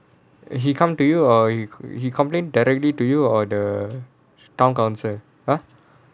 he come to you or he he complain directly to you or the town council !huh!